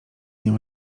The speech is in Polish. nią